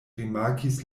rimarkis